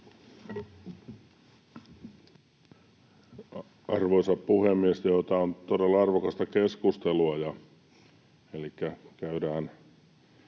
Arvoisa puhemies! Tämä on todella arvokasta keskustelua,